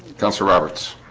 don't sir roberts